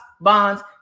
bonds